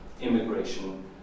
immigration